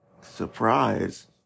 surprise